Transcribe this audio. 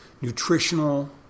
nutritional